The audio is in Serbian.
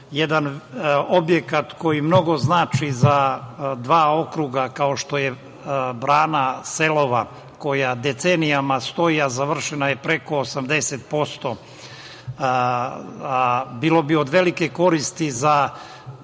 jedan objekat koji mnogo znači za dva okruga, kao što je brana Selova, koja decenijama stoji a završena je preko 80%. Bilo bi od velike koristi za